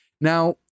now